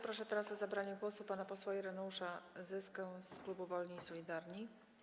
Proszę teraz o zabranie głosu pana posła Ireneusza Zyskę z koła Wolni i Solidarni.